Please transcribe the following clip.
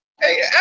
hey